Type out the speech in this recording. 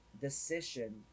decision